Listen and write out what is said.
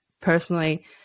personally